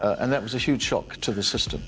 and that was a huge shock to the system